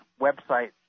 website